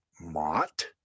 Mott